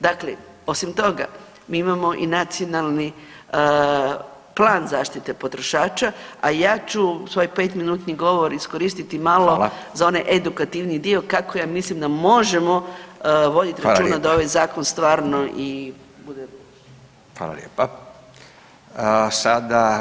Dakle, osim toga, mi imamo i nacionalni plan zaštite potrošača, a ja ću svoj 5-minutni govor iskoristiti malo [[Upadica: Hvala.]] za onaj edukativni dio kako ja mislim da možemo voditi računa [[Upadica: Hvala lijepa.]] da ovaj Zakon stvarno bude i